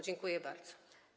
Dziękuję bardzo.